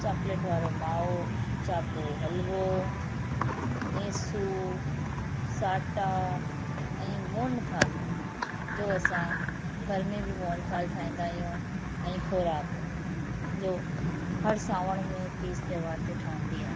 chocolate वारो माओ चाॿो हलवो मेसू साटा ऐं मोनथाल जो असां घर में बि मोनथाल ठाहींदा आहियूं ऐं ख़ोराक जो हर सावण में तीज त्योहार ते ठहंदी आहे